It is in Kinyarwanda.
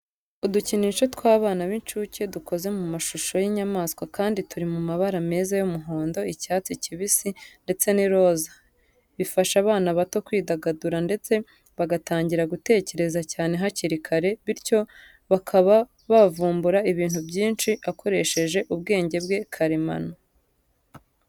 Udukinisho tw'abana b'incuke dukoze mu mashusho y'inyamaswa kandi turi mu mabara meza y'umuhondo, icyatsi kibisi ndetse n'iroza. Bifasha abana bato kwidagadura ndetse bagatangira gutekereza cyane hakiri kare, bityo bakaba bavumbura ibintu byinshi akoresheje ubwenge bwe karemano.